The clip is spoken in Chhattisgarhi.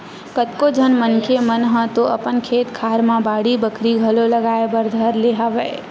कतको झन मनखे मन ह तो अपन खेत खार मन म बाड़ी बखरी घलो लगाए बर धर ले हवय